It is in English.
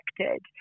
affected